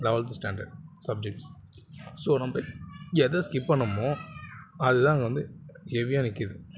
eleventh standard subjects so நம்ம எதை skip பண்ணமோ அது தான் அங்கே வந்து ஹெவியாக நிற்கிது